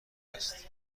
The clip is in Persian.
است